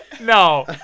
No